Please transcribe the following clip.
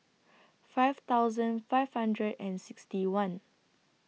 five thousand five hundred and sixty one